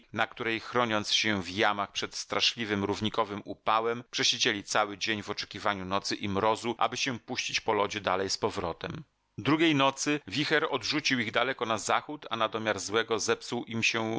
na której chroniąc się w jamach przed straszliwym równikowym upałem przesiedzieli cały dzień w oczekiwaniu nocy i mrozu aby się puścić po lodzie dalej z powrotem drugiej nocy wicher odrzucił ich daleko na zachód a na domiar złego zepsuł im się